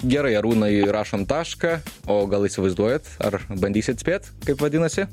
gerai arūnai rašom tašką o gal įsivaizduojat ar bandysit spėt kaip vadinasi